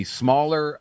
smaller